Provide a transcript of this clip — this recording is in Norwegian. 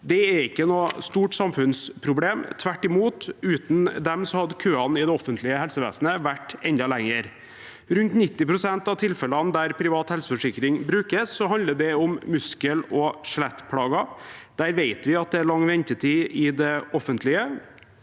Det er ikke noe stort samfunnsproblem, tvert imot, for uten disse hadde køene i det offentlige helsevesenet vært enda lengre. Rundt 90 pst. av tilfellene der privat helseforsikring brukes, handler om muskel- og skjelettplager. Der vet vi at det er lang ventetid i det offentlige.